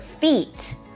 feet